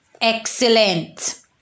excellent